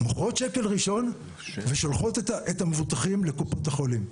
מוכרות שקל ראשון ושולחות את המבוטחים לקופות החולים.